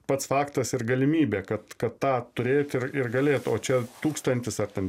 pats faktas ir galimybė kad kad tą turėt ir ir galėt o čia tūkstantis ar ten